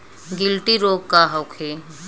गिल्टी रोग का होखे?